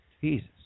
Jesus